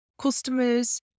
customers